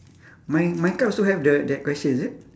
my my card also have the that question is it